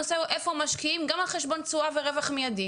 הנושא הוא איפה משקיעים גם על חשבון תשואה ורווח מיידי